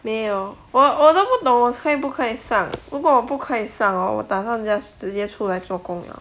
没有我我都不懂我可不可以上如果我不可以上 hor 我打算 just 直接出来做工了